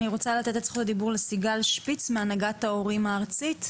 אני רוצה לתת את זכות הדיבור לסיגל שפיץ מהנהגת ההורים הארצית.